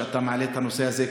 שאתה מעלה את הנושא הזה,